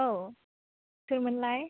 औ सोरमोनलाय